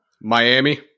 Miami